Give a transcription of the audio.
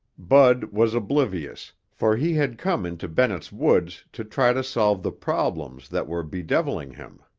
bud was oblivious, for he had come into bennett's woods to try to solve the problems that were bedeviling him.